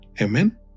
Amen